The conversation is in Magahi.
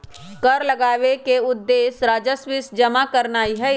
कर लगाबेके उद्देश्य राजस्व जमा करनाइ हइ